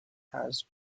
has